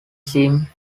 seem